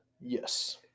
Yes